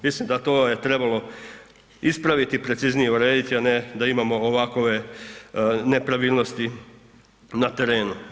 Mislim da to je trebalo ispraviti i preciznije urediti, a ne da imamo ovakove nepravilnosti na terenu.